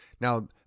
now